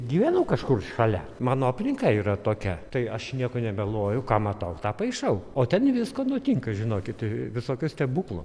gyvenau kažkur šalia mano aplinka yra tokia tai aš nieko nemeluoju ką matau tą paišau o ten visko nutinka žinokit visokių stebuklų